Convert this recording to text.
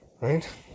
right